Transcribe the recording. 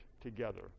together